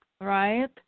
Right